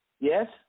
yes